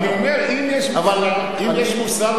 אני אומר: אם יש מוסר,